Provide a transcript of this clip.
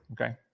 Okay